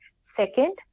Second